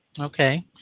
okay